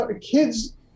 kids